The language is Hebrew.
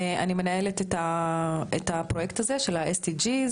אני מנהלת את הפרויקט הזה של ה-SDG,